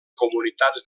comunitats